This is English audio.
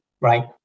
right